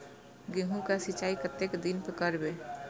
गेहूं का सीचाई कतेक दिन पर करबे?